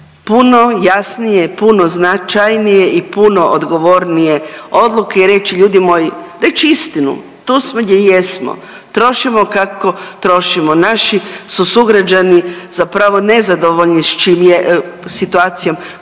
puno jasnije i puno značajnije i puno odgovornije odluke i reći ljudi moji, reći istinu tu smo gdje jesmo. Trošimo kako trošimo. Naši su sugrađani zapravo nezadovoljni s čim je, situacijom koja je